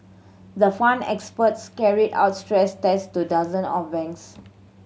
the fund experts carried out stress tests to dozen of banks